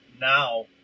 now